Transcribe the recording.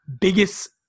biggest